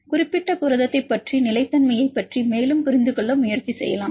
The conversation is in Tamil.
குறிப்பிட்ட புரதத்தைப் பற்றி நிலைத்தன்மையைப் பற்றி மேலும் புரிந்துகொள்ள முயற்சி செய்யலாம்